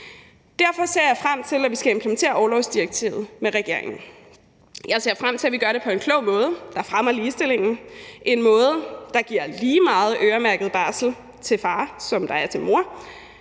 Derfor ser jeg frem til, at vi skal implementere orlovsdirektivet med regeringen. Jeg ser frem til, at vi gør det på en klog måde, der fremmer ligestillingen – en måde, der giver lige så meget øremærket barsel til far, som der er til mor.